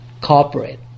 corporate